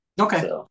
Okay